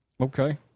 Okay